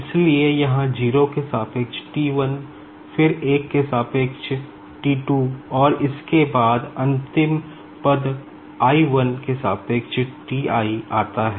इसलिए यहाँ 0 के सापेक्ष T 1 फिर 1 के सापेक्ष T 2 और इसके बाद अंतिम पद i 1 के सापेक्ष T i आता है